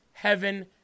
heaven